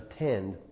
attend